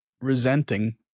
resenting